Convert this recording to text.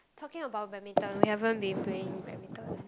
talking about badminton we haven been playing badminton